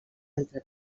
altre